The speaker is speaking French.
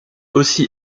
aussi